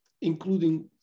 including